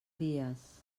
dies